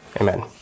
Amen